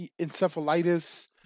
encephalitis